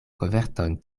koverton